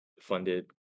funded